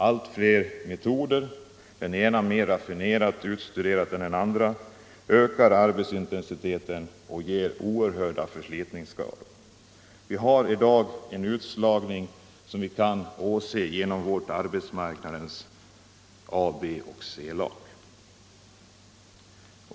Allt fler metoder — den ena mera raffinerat utstuderad än den andra — ökar arbetsintensiteten och ger oerhörda förslitningsskador. Den utslagning som sker åskådliggörs i arbetsmarknadens A-, B och C-lag.